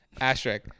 asterisk